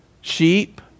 sheep